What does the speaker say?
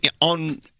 on